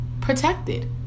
protected